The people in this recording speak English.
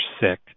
sick